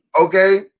Okay